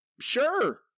Sure